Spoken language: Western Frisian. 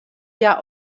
hja